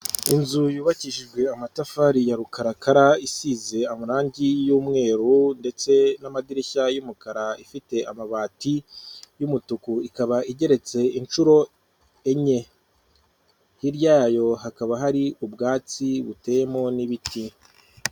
Inzu yubakishijwe amatafari ya rukarakara isize amarangi y'umweru ndetse n'amadirishya y'umukara ifite amabati y'umutuku ikaba igeretse inshuro enye hirya yayo hakaba hari ubwatsi buteyemo n'ibiti.